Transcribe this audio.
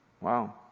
Wow